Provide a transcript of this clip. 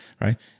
Right